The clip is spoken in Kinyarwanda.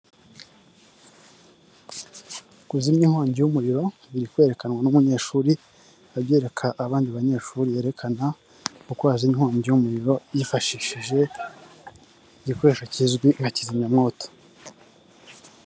Kuzimya inkongi y'umuriro biri kwerekanwa n'umunyeshuri abyeraka abandi banyeshuri yerekana uko haza inkongi y'umuriro yifashishije igikoresho kizwi nka kizimyamwoto.